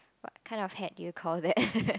what kind of hat do you call that